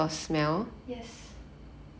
yes